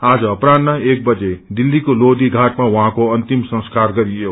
आज अपरान्ट्र एक बजे दिल्लीको लोषी घाटमा उहाँको अन्तिम संस्कार गरियो